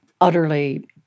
utterly